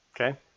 okay